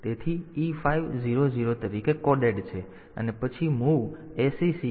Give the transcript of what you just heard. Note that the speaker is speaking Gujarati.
તેથી તે E5 00 તરીકે કોડેડ છે અને પછી MOV acc00h છે